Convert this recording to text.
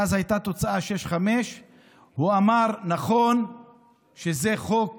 ואז הייתה התוצאה 5:6. הוא אמר: נכון שזה חוק